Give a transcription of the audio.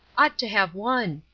ought to have won.